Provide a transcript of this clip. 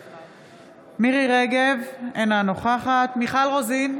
מירי מרים רגב, אינה נוכחת מיכל רוזין,